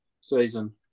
season